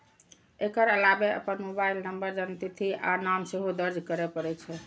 एकर अलावे अपन mobile number, जन्मतिथि आ नाम सेहो दर्ज करय पड़ै छै